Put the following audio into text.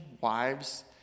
wives